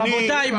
------ אתה.